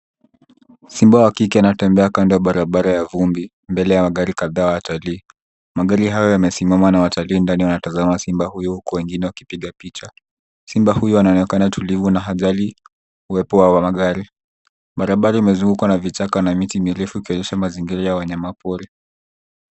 Simba wa kike anatembea kando ya barabara ya vumbi, mbele ya gari kadhaa ya watalii. Magari haya yamesimama na watalii ndani wanatazama simba huyo huku wengine wakipiga picha. Simba huyo anaonekana tulivu na hajali uwepo wa magari. Barabara imezungukwa na vichaka na miti mirefu ikionyesha mazingira ya wanyama pori.